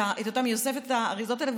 היא אוספת את האריזות האלה,